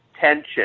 tension